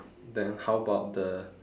then how about the